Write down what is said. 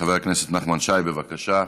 חבר הכנסת נחמן שי, בבקשה.